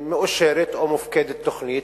מאושרת או מופקדת תוכנית,